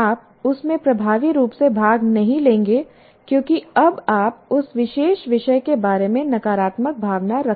आप उसमें प्रभावी रूप से भाग नहीं लेंगे क्योंकि अब आप उस विशेष विषय के बारे में नकारात्मक भावना रखते हैं